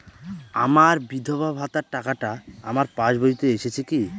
আমার বিধবা ভাতার টাকাটা আমার পাসবইতে এসেছে কি?